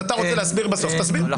אתה רוצה להסביר בסוף, תסביר.